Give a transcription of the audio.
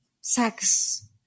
sex